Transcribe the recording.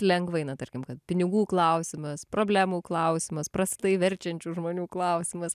lengvai na tarkim kad pinigų klausimas problemų klausimas prastai verčiančių žmonių klausimas